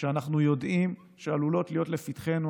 שאנחנו יודעים שעלולות להיות לפתחנו.